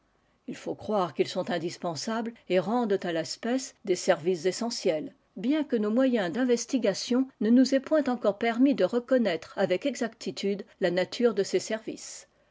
u fr croire qu'ils sont indispensables et rendent à l'espèce des services essentiels bien que nos moyens d'investigation ne nous aient point encore permis de reconnaître avtc exactitude la nature de ces services